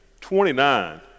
Twenty-nine